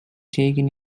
taken